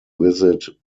visit